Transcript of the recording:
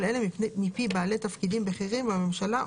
אלה מפי בעלי תפקידים בכירים בממשלה,